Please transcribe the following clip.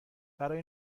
برای